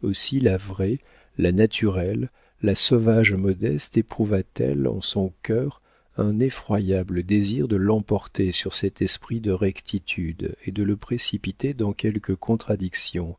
aussi la vraie la naturelle la sauvage modeste éprouva-t-elle en son cœur un effroyable désir de l'emporter sur cet esprit de rectitude et de le précipiter dans quelque contradiction